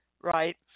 right